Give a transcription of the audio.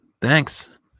Thanks